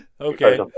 Okay